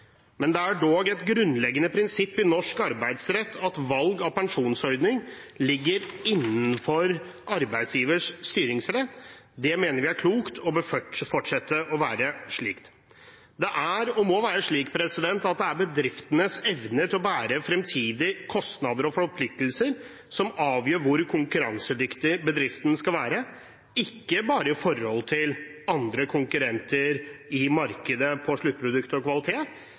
men det er dog et grunnleggende prinsipp i norsk arbeidsrett at valg av pensjonsordning ligger innenfor arbeidsgivers styringsrett. Det mener vi er klokt, og det bør fortsette å være slik. Det er og må være slik at det er bedriftenes evne til å bære fremtidige kostnader og forpliktelser som avgjør hvor konkurransedyktig bedriften skal være, ikke bare i forhold til andre konkurrenter i markedet på sluttprodukt og kvalitet.